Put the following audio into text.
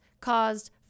caused